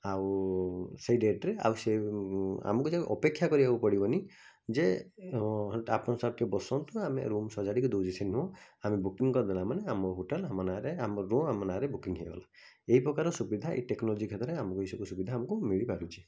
ଆଉ ସେହି ଡେଟ୍ରେ ଆଉ ସେ ଆମକୁ ଯେଉଁ ଅପେକ୍ଷା କରିବାକୁ ପଡ଼ିବନି ଯେ ତ ଆପଣ ସାର୍ ଟିକିଏ ବସନ୍ତୁ ଆମେ ରୁମ୍ ସଜାଡ଼ିକି ଦେଉଛୁ ସେ ନୁହଁ ଆମେ ବୁକିଂ କରିଦେଲା ମାନେ ଆମ ହୋଟେଲ୍ ଆମ ନାଁରେ ଆମ ରୁମ୍ ଆମ ନାଁରେ ବୁକିଂ ହୋଇଗଲା ଏହି ପ୍ରକାର ସୁବିଧା ଏହି ଟେକ୍ନୋଲୋଜି କ୍ଷେତ୍ରରେ ଆମକୁ ଏହିସବୁ ସୁବିଧା ଆମକୁ ମିଳିପାରୁଛି